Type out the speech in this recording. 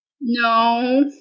No